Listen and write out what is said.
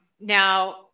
now